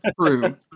True